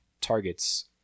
targets